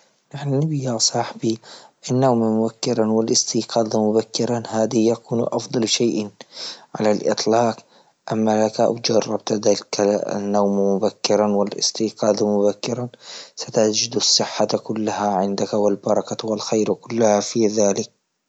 تعلم يا صاحبي النوم مبكرا والاستيقاظ مبكرا هذه يكون أفضل شيء على الإطلاق، أما جربت ذالك النوم مبكرا والاستيقاظ مبكرا ستجد الصحة كلها عندك والبركة والخير كله في ذالك.